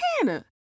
Hannah